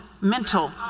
mental